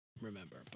remember